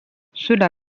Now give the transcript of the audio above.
cela